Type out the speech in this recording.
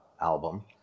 album